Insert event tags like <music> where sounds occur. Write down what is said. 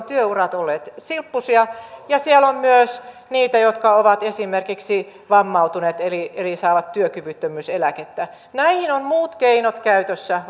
<unintelligible> työurat olleet silppuisia ja siellä on myös niitä jotka ovat esimerkiksi vammautuneet eli saavat työkyvyttömyyseläkettä näihin on oltava muut keinot käytössä <unintelligible>